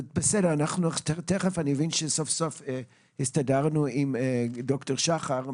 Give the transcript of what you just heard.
אני מבין שסוף סוף הסתדרנו עם דוקטור שחר,